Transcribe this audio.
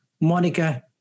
Monica